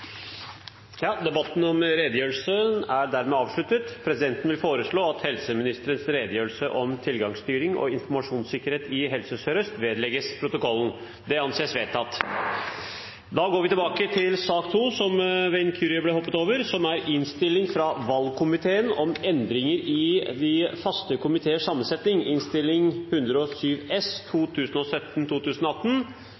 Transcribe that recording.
Presidenten vil foreslå at helseministerens redegjørelse om tilgangsstyring og informasjonssikkerhet i Helse Sør-Øst vedlegges protokollen. – Det anses vedtatt. Da går vi til sak nr. 2, som ved en inkurie ble hoppet over. Ingen har bedt om ordet. Barn og legemiddel er